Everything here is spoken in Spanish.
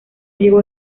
llegó